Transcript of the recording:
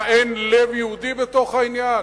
מה, אין לב יהודי בתוך העניין?